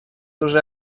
уже